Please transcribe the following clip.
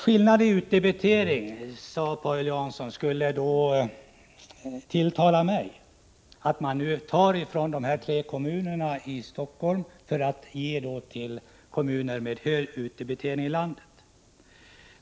Paul Jansson sade att jag skulle tilltalas av förslaget i fråga om skillnader i utdebitering, dvs. att man nu tar från de tre kommunerna i Stockholm för att ge till kommuner i landet med hög utdebitering.